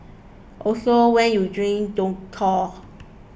also when you drink don't call